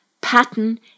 pattern